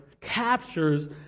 captures